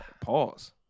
pause